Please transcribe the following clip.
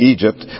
Egypt